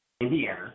Indiana